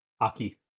Aki